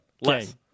Less